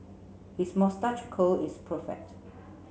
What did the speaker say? his moustache curl is perfect